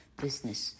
business